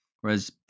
Whereas